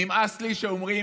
נמאס לי שאומרים: